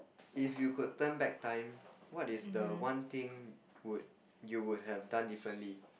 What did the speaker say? if you could turn back time what is the one thing would you would have done differently